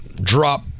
drop